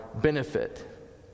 benefit